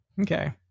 Okay